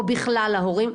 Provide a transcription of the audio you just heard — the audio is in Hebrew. או בכלל להורים,